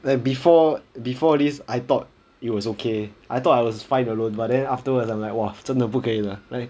then before before this I thought it was okay I thought I was finee alone but then afterwards I'm like !wah! 真的不可以了